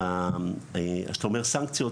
כשאתה אומר סנקציות,